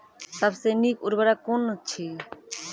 सबसे नीक उर्वरक कून अछि?